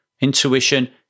Intuition